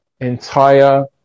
entire